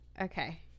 Okay